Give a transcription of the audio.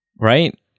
Right